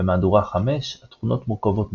במהדורה 5 התכונות מורכבות מכוח,